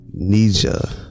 Nija